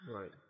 Right